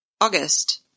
August